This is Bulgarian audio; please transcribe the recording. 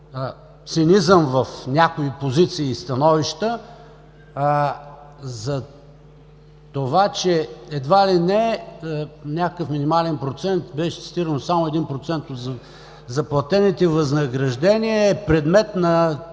цинизъм в някои позиции и становища за това, че едва ли не някакъв минимален процент беше цитиран само 1% от заплатените възнаграждения е предмет на